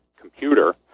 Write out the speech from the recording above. computer